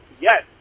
yes